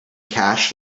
cash